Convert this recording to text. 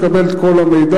תקבל את המידע,